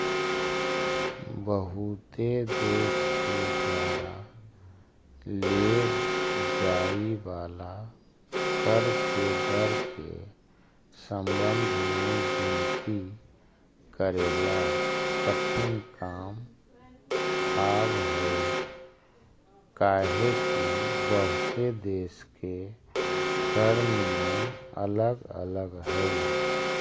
बहुते देश के द्वारा लेव जाए वाला कर के दर के संबंध में गिनती करेला कठिन काम हावहई काहेकि बहुते देश के कर नियम अलग अलग हई